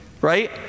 right